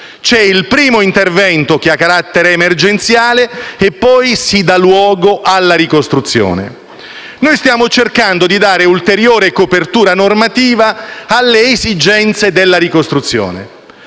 C'è il primo intervento, che ha carattere emergenziale, e poi si dà luogo alla ricostruzione. Noi stiamo cercando di dare ulteriore copertura normativa alle esigenze della ricostruzione,